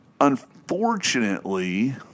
unfortunately